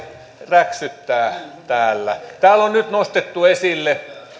räksyttää täällä täällä on nyt nostettu esille